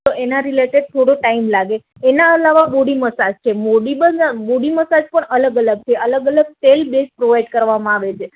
તો એના રિલેટેડ થોડો ટાઇમ લાગે એના અલાવા બોડી મસાજ છે બોડી બોડી મસાજ પણ અલગ અલગ છે અલગ અલગ તેલ બેઝ પ્રોવાઇડ કરવામાં આવે છે